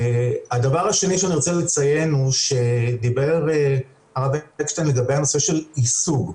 הדבר השני שאני רוצה לציין הוא שדיבר הרב אקשטיין לגבי הנושא של יישוג.